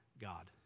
God